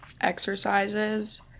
exercises